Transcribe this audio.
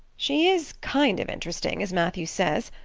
she is kind of interesting as matthew says.